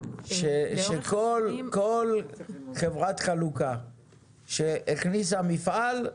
שכל חברת חלוקה שהכניסה מפעל,